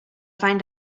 find